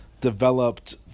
developed –